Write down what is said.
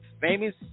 famous